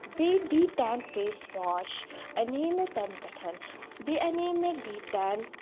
بیٚیہِ D tan face wash اَنیٚیہِ مےٚ تٔمہِ پٮ۪ٹھ بیٚیہِ اَنیٚیہِ مےٚ ڈی ٹین